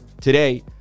today